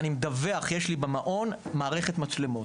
אני מדווח שיש לי במעון מערכת מצלמות.